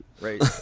Right